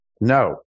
No